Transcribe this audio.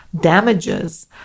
damages